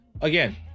again